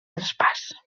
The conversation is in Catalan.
traspàs